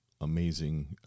amazing